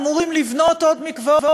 אמורים לקום עוד מקוואות,